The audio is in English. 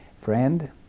Friend